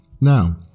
Now